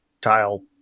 tile